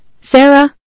Sarah